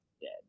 dead